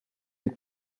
dit